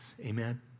Amen